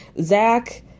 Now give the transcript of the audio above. Zach